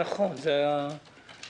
אני אעבור בקצרה.